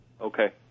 Okay